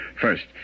First